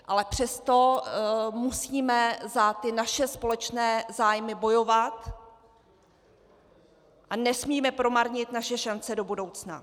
Ale přesto musíme za naše společné zájmy bojovat a nesmíme promarnit naše šance do budoucna.